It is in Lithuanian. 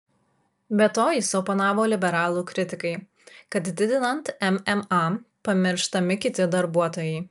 be to jis oponavo liberalų kritikai kad didinant mma pamirštami kiti darbuotojai